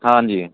ਹਾਂਜੀ